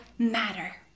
matter